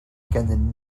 gennym